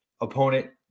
opponent